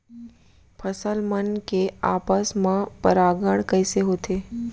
फसल मन के आपस मा परागण कइसे होथे?